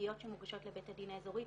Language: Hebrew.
בתביעות שמוגשות לבית הדין האזורי.